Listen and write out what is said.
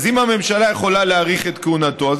אז אם הממשלה יכולה להאריך את כהונתו אז